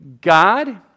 God